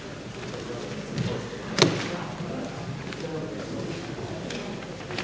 Hvala vam